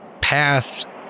path